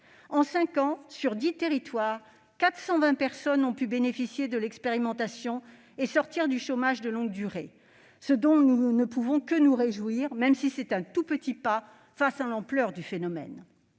En cinq ans, sur dix territoires, 420 personnes ont pu bénéficier de l'expérimentation et sortir du chômage de longue durée, ce dont nous ne pouvons que nous réjouir, même si c'est un tout petit pas au regard de l'ampleur du phénomène.